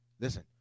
Listen